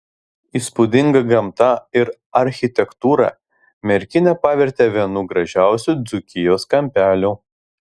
įspūdinga gamta ir architektūra merkinę pavertė vienu gražiausių dzūkijos kampelių